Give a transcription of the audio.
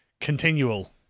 continual